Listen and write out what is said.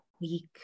week